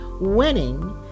winning